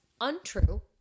untrue